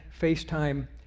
FaceTime